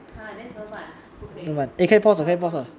!huh! then 怎么办不可以还有多久